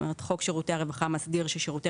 חוק שירותי הרווחה מסדיר ששירותי